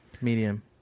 Medium